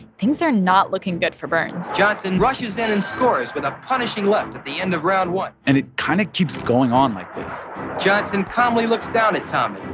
things are not looking good for burns johnson rushes in and scores with a punishing left at the end of round one and it kind of keeps going on like this johnson calmly looks down at tommy,